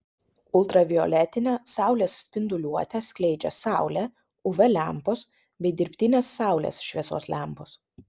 ultravioletinę saulės spinduliuotę skleidžia saulė uv lempos bei dirbtinės saulės šviesos lempos